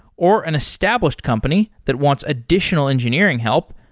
or an established company that wants additional engineering help,